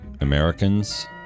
Americans